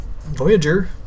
Voyager